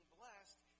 blessed